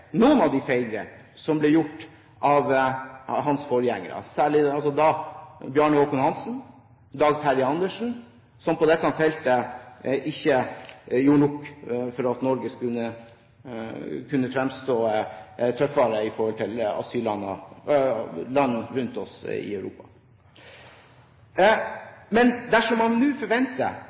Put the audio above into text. noen av de feilgrep som ble begått av hans forgjengere, særlig Bjarne Håkon Hanssen og Dag Terje Andersen, som på dette feltet ikke gjorde nok for at Norge skulle kunne fremstå som tøffere i forhold til land rundt oss i Europa.